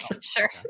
Sure